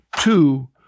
Two